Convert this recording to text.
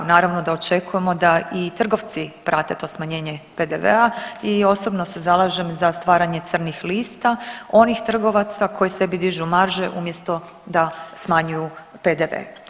Naravno da očekujemo da i trgovci prate to smanjenje PDV-a i osobno se zalažem za stvaranje crnih lista onih trgovaca koji sebi dižu marže umjesto da smanjuju PDV.